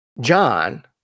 John